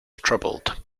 troubled